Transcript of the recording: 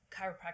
chiropractic